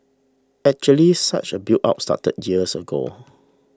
actually such a buildup started years ago